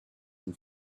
and